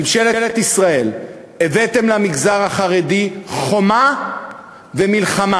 ממשלת ישראל, הבאתם למגזר החרדי חומה ומלחמה,